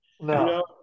No